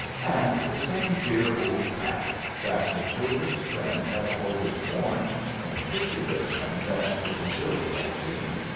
and the same dear old cap that the children's friend had always worn in the pictures of him that little billee had seen.